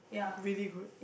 really good